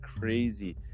crazy